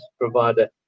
provider